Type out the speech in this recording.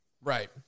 Right